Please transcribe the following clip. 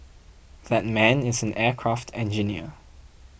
that man is an aircraft engineer